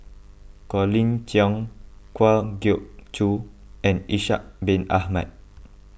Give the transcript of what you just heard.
Colin Cheong Kwa Geok Choo and Ishak Bin Ahmad